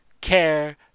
care